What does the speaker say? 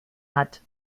hat